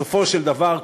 בסופו של דבר,